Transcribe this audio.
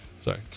Sorry